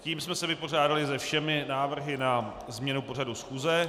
Tím jsme se vypořádali se všemi návrhy na změnu pořadu schůze.